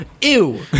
Ew